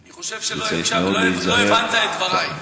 אני חושב שלא הבנת את דברי.